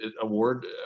award